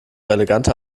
eleganter